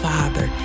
Father